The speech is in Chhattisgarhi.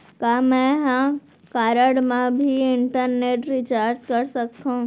का मैं ह कारड मा भी इंटरनेट रिचार्ज कर सकथो